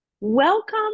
Welcome